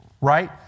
Right